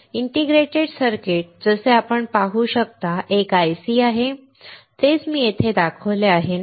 integrated circuit जसे आपण येथे पाहू शकता एक IC आहे तेच मी येथे दाखवले आहे ना